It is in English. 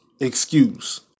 excuse